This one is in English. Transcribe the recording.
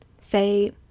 Say